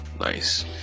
Nice